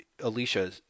Alicia